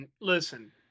listen